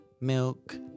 milk